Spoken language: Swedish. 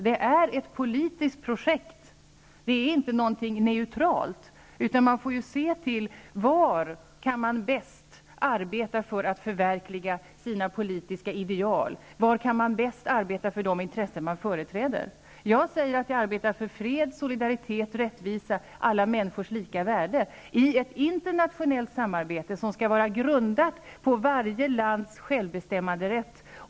Det är ett politiskt projekt, inte någonting neutralt. Man får se till var man bäst kan arbeta för förverkligandet av sina politiska ideal, var man bäst kan arbeta för de intressen som man företräder. Jag säger att jag arbetar för fred, solidaritet, rättvisa och alla människors lika värde i ett internationellt samarbete, som skall vara grundat på varje lands självbestämmanderätt.